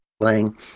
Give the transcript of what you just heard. playing